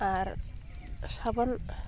ᱟᱨ ᱥᱟᱵᱚᱱ